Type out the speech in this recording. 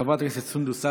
חברת הכנסת סונדוס סאלח,